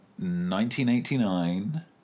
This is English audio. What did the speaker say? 1989